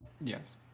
Yes